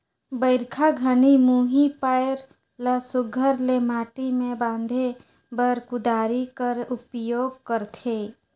बरिखा घनी मुही पाएर ल सुग्घर ले माटी मे बांधे बर कुदारी कर उपियोग करथे